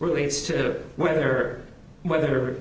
relates to whether whether